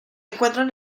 encuentran